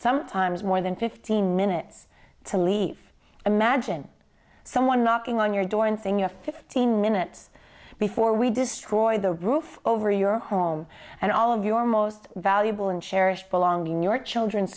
sometimes more than fifteen minutes to leave imagine someone knocking on your door and saying your fifteen minutes before we destroy the roof over your home and all of your most valuable and cherished belong in your children